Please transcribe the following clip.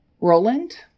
Roland